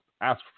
ask